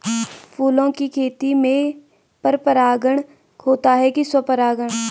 फूलों की खेती में पर परागण होता है कि स्वपरागण?